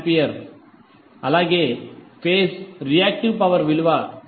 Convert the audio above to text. అలాగే phase reactive power విలువ QP13QT311